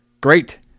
great